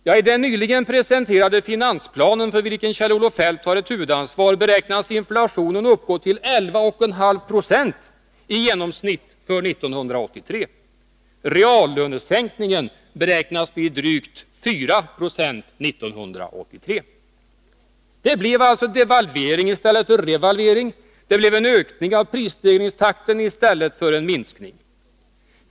5 I den nyligen presenterade finansplanen, för vilken Kjell-Olof Feldt har huvudansvaret, beräknas inflationen uppgå till 11,5 26 i genomsnitt för 1983. Det blev alltså devalvering i stället för revalvering. Det blev en ökning av prisstegringstakten i stället för en minskning.